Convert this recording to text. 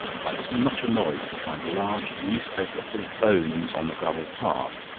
i was much annoyed to find a large newspaper full of bones on the gravel-path,